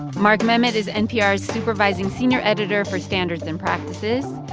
mark memmott is npr's supervising senior editor for standards and practices,